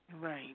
Right